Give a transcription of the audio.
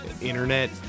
internet